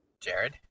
Jared